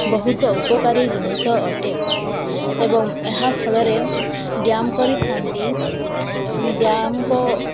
ବହୁତ ଉପକାରୀ ଜିନିଷ ଅଟେ ଏବଂ ଏହାଫଳରେ ଡ୍ୟାମ୍ କରିଥାନ୍ତି ଏବଂ ଡ୍ୟାମ୍ଙ୍କ